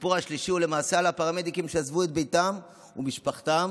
הסיפור השלישי הוא למעשה על הפרמדיקים שעזבו את ביתם ומשפחתם